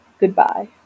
Goodbye